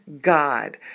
God